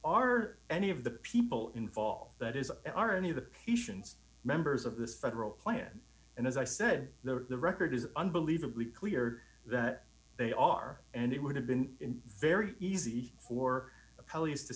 are any of the people involved that is are any of the patients members of this federal plan and as i said the record is unbelievably clear that they are and it would have been very easy for